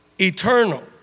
eternal